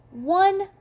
one